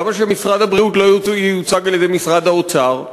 למה שמשרד הבריאות לא ייוצג על-ידי משרד האוצר?